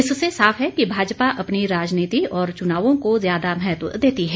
इससे साफ है कि भाजपा अपनी राजनीति और चुनावों को ज्यादा महत्व देती है